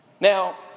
Now